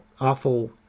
awful